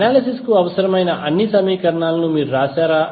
analysis కు అవసరమైన అన్ని సమీకరణాలను మీరు వ్రాశారా